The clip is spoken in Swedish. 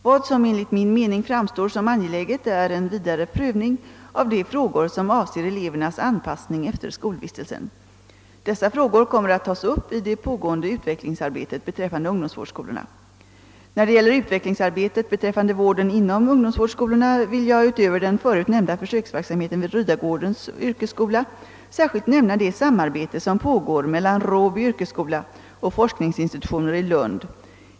Vad som enligt min mening framstår som angeläget är en vidare prövning av de frågor som avser elevernas anpassning efter skolvistelsen. Dessa frågor kommer att tas upp i det pågå När det gäller utvecklingsarbetet beträffande vården inom ungdomsvårdsskolorna vill jag utöver den förut nämnda försöksverksamheten vid Ryagårdens yrkesskola särskilt nämna det samarbete som pågår mellan Råby yrkesskola och forskningsinstitutioner i Lund.